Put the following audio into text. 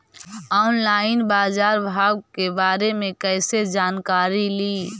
Online बाजार भाव के बारे मे कैसे जानकारी ली?